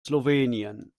slowenien